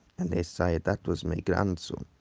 and he said that was my grandson,